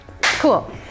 Cool